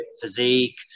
physique